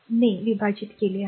ने विभाजित केले आहे